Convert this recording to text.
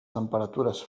temperatures